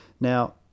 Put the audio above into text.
Now